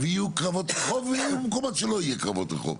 יהיו קרבות רחוב ויהיו מקומות שלא יהיו קרבות רחוב.